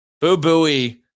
Boo-Booey